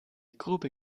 grube